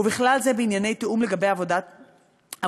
ובכלל זה בענייני תיאום לגבי עבודות תשתית,